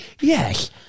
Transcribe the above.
Yes